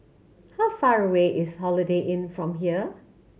how far away is Holiday Inn from here